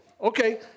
Okay